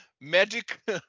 magic